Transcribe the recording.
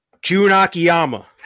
Junakiyama